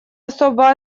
особо